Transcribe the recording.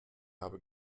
habe